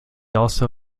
also